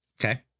Okay